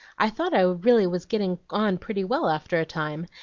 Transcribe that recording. i thought i really was getting on pretty well after a time,